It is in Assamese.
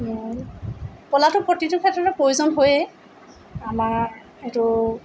কলাটো প্ৰতিটো ক্ষেত্ৰতে প্ৰয়োজন হয়েই আমাৰ এইটো